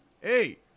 hey